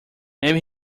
maybe